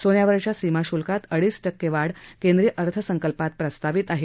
सोन्यावरच्या सीमा शुल्कात अडीच टक्के वाढ केंद्रीय अर्थसंकल्पात प्रस्तावित आहे